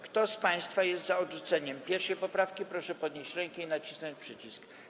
Kto z państwa jest za odrzuceniem 1. poprawki, proszę podnieść rękę i nacisnąć przycisk.